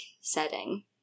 setting